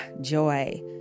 joy